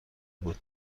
بود